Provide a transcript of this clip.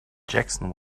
jackson